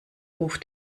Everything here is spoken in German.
ruf